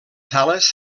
sales